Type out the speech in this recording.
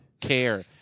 care